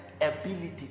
ability